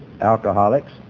alcoholics